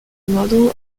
model